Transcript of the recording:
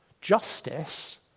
Justice